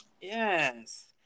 Yes